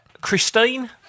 Christine